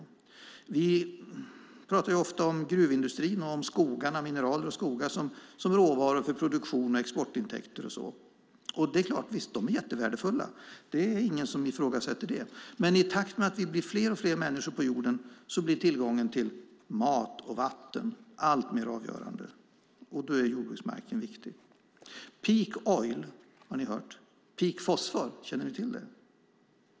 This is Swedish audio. Vi pratar ofta om gruvindustrin, mineraler och skogar som råvaror för produktion och exportintäkter. Visst är de värdefulla. Det är ingen som ifrågasätter det. Men i takt med att vi blir fler och fler människor på jorden blir tillgången till mat och vatten alltmer avgörande. Då är jordbruksmarken viktig. Peak Oil har ni hört förut. Peak Phosphorus - känner ni till det?